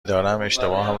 دارم، اشتباهم